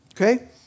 Okay